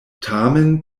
tamen